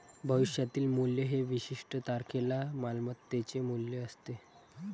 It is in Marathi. भविष्यातील मूल्य हे विशिष्ट तारखेला मालमत्तेचे मूल्य असते